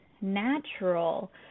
natural